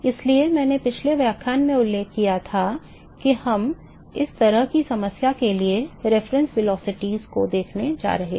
इसलिए मैंने पिछले व्याख्यान में उल्लेख किया था कि हम इस तरह की समस्या के लिए संदर्भ वेगों को देखने जा रहे हैं